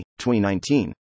2019